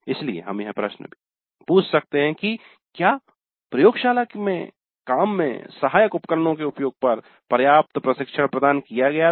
इसलिए हम एक प्रश्न पूछ सकते हैं क्या प्रयोगशाला के काम में सहायक उपकरणों के उपयोग पर पर्याप्त प्रशिक्षण प्रदान किया गया था